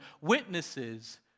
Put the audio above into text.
Witnesses